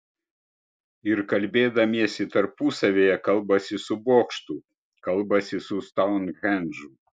ir kalbėdamiesi tarpusavyje kalbasi su bokštu kalbasi su stounhendžu